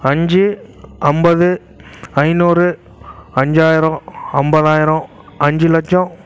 அஞ்சு ஐம்பது ஐநூறு அஞ்சாயிரம் ஐம்பதாயிரம் அஞ்சு லட்சம்